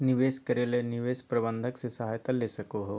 निवेश करे ले निवेश प्रबंधक से सहायता ले सको हो